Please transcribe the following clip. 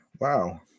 Wow